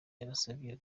yarasabye